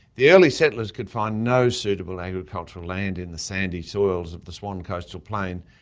the early settlers could find no suitable agricultural land in the sandy soils of the swan coastal plain,